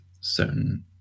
certain